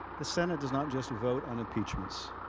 the senate does not just vote on impeachments.